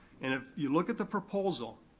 and ah you look at the proposal,